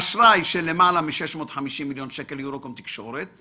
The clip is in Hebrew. אשראי של למעלה מ-650 מיליון שקל - יורוקום תקשורת,